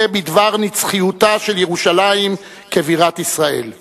בדבר נצחיותה של ירושלים כבירת ישראל.